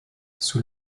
sous